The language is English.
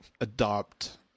adopt